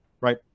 Right